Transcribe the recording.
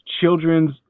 children's